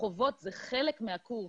חובות זה חלק מהקורס,